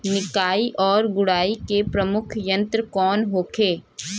निकाई और गुड़ाई के प्रमुख यंत्र कौन होखे?